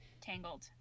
Tangled